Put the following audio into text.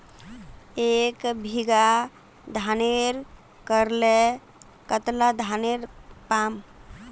एक बीघा धानेर करले कतला धानेर पाम?